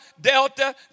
Delta